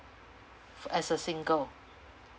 as a single